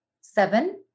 seven